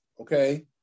okay